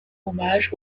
hommage